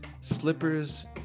slippers